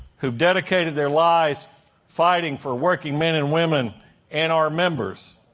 who've dedicated their lives fighting for working men and women and our members.